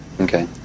Okay